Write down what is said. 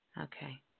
Okay